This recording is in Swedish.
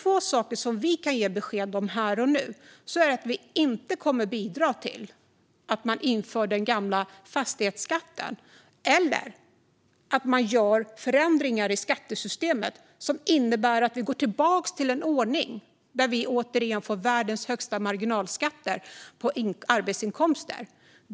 Två saker som vi kan ge besked om här och nu är att vi inte kommer att bidra till att man inför den gamla fastighetsskatten eller att man gör förändringar i skattesystemet som innebär att vi går tillbaka till en ordning där vi återigen får världens högsta marginalskatter på arbetsinkomster.